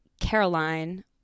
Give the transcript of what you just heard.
Caroline